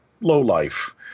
lowlife